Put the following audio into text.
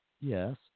Yes